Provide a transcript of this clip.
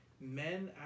men